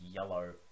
yellow